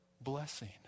blessing